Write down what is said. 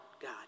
God